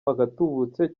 agatubutse